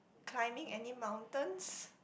climbing any mountains